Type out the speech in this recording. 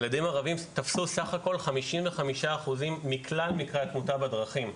ילדים ערבים תפסו סך הכל 55% מכלל מקרי התמותה בדרכים,